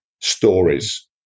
stories